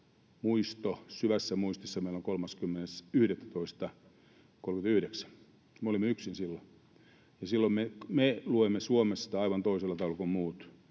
syvässä muistissa meillä on 30.11.1939. Me olimme yksin silloin, ja me luemme Suomessa sitä aivan toisella tavalla kuin muut: